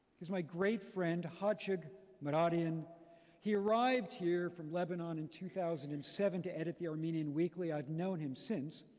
he's my great friend, khatchig mouradian. he arrived here from lebanon in two thousand and seven, to edit the armenian weekly. i've known him since.